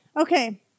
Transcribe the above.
Okay